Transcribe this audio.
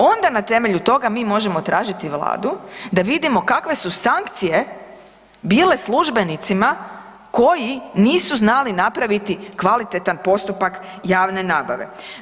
Onda na temelju toga mi možemo tražiti vladu da vidimo kakve su sankcije bile službenicima koji nisu znali napraviti kvalitetan postupak javne nabave.